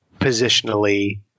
positionally